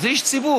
זה איש ציבור.